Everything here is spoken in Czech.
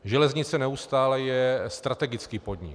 Železnice neustále je strategický podnik.